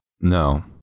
No